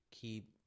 keep